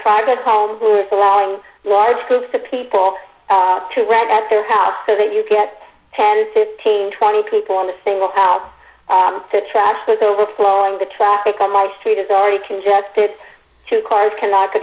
private home who is allowing large groups of people to read at their house so that you get ten fifteen twenty people on a single out to traffic overflowing the traffic on my street is already congested two cars cannot go